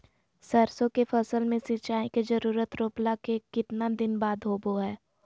सरसों के फसल में सिंचाई के जरूरत रोपला के कितना दिन बाद होबो हय?